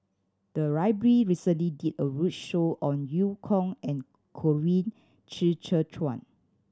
the library recently did a roadshow on Eu Kong and Colin Qi Zhe Quan